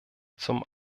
zum